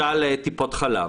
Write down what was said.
טיפות חלב